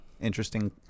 interesting